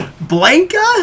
Blanca